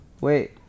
Wait